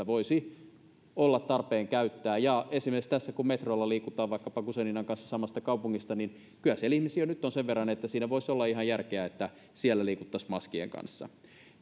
voisi palveluammateissa olla tarpeen käyttää ja esimerkiksi kun tässä metrolla liikutaan vaikkapa guzeninan kanssa samasta kaupungista niin kyllä siellä ihmisiä jo nyt on sen verran että siinä voisi olla ihan järkeä että siellä liikuttaisiin maskien kanssa